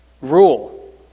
rule